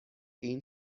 این